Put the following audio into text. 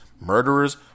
murderers